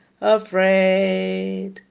afraid